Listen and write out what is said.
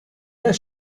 does